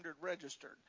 registered